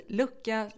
lucka